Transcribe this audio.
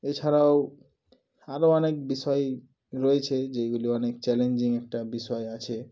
এছাড়াও আরও অনেক বিষয় রয়েছে যেইগুলি অনেক চ্যালেঞ্জিং একটা বিষয় আছে